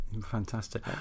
Fantastic